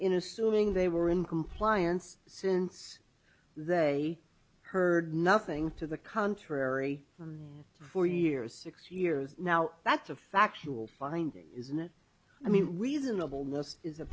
in assuming they were in compliance since they heard nothing to the contrary for years and years now that's a fact finding isn't it i mean reasonable this is